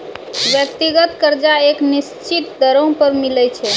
व्यक्तिगत कर्जा एक निसचीत दरों पर मिलै छै